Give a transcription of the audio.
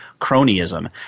cronyism